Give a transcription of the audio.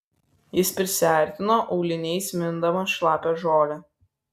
jis prisiartino auliniais mindamas šlapią žolę